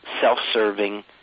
self-serving